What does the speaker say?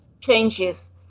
Changes